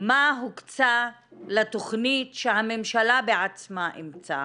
מה הוקצה לתכנית שהממשלה בעצמה אימצה